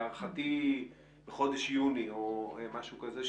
להערכתי בחודש יוני או משהו כזה,